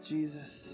Jesus